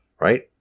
right